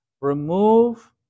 Remove